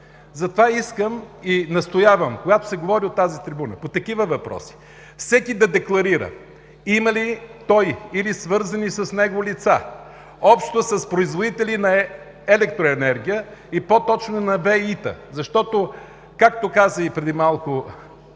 Затова настоявам когато се говори от тази трибуна за такива въпроси, всеки да декларира има ли той или свързани с него лица нещо общо с производителите на електроенергия и по-точно на ВЕИ-тата, защото както каза преди малко